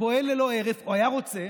שפועל ללא הרף, או היה רוצה,